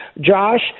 Josh